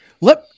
Let